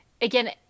again